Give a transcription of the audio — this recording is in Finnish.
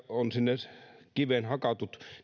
ovat sinne kiveen hakatut